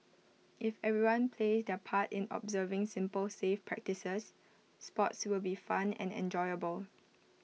if everyone plays their part in observing simple safe practices sports will be fun and enjoyable